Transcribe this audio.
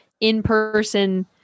in-person